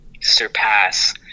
Surpass